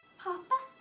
papa?